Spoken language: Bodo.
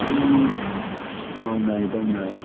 जोंनि मावनाय दांनाय